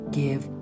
give